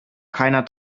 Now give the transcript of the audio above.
keiner